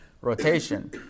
rotation